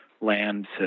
land